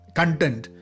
content